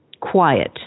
quiet